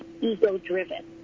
ego-driven